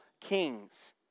kings